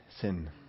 sin